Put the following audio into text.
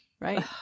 Right